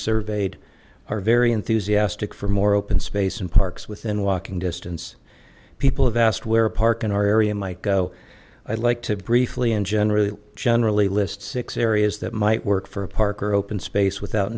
surveyed are very enthusiastic for more open space and parks within walking distance people have asked where park in our area might go i'd like to briefly in general generally lists six areas that might work for a park or open space without